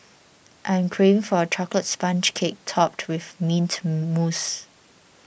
I am craving for a Chocolate Sponge Cake Topped with Mint Mousse